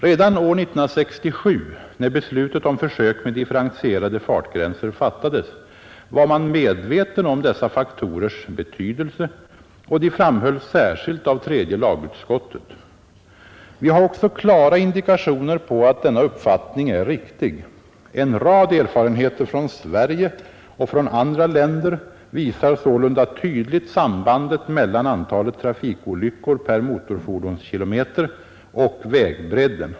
Redan år 1967, när beslutet om försök med differentierade fartgränser fattades, var man medveten om dessa faktorers betydelse och de framhölls särskilt av tredje lagutskottet. Vi har också klara indikationer på att denna uppfattning är riktig. En rad erfarenheter från Sverige och från andra länder visar sålunda tydligt sambandet mellan antalet trafikolyckor per motorfordonskilometer och vägbredden.